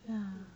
ya